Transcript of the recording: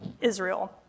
Israel